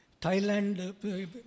Thailand